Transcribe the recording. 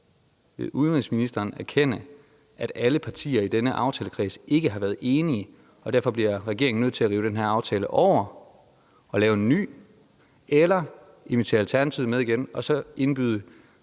Vil udenrigsministeren erkende, at alle partier i denne aftalekreds ikke har været enige, og at regeringen derfor bliver nødt til at rive den her aftale over og lave en ny? Ellers må regeringen invitere Alternativet med igen og så indbyde